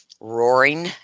Roaring